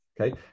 okay